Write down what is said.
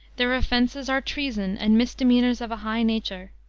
their offenses are treason and misdemeanors of a high nature.